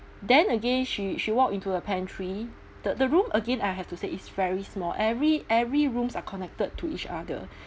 then again she she walked into the pantry the the room again I have to say is very small every every rooms are connected to each other